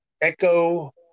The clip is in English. Echo